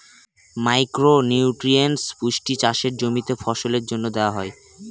micro nutrients পুষ্টি চাষের জমিতে ফসলের জন্য দেওয়া হয়